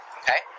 okay